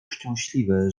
szczęśliwy